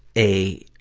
a,